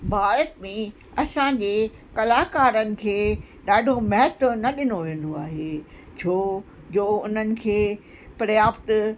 भारत में असांजे कलाकारनि खे ॾाढो महत्व न ॾिनो वेंदो आहे छो जो उन्हनि खे पर्याप्त